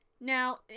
Now